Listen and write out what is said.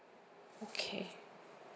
okay